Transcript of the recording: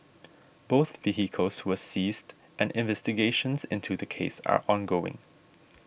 both vehicles were seized and investigations into the case are ongoing